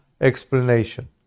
explanation